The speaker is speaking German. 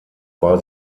war